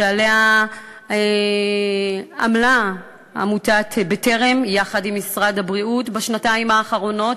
שעליה עמלה עמותת "בטרם" יחד עם משרד הבריאות בשנתיים האחרונות,